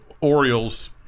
Orioles